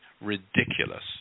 ridiculous